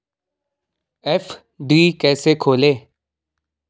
FD कैसे खोलें?